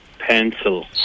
Pencil